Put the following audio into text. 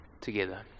together